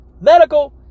Medical